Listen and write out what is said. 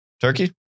Turkey